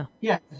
yes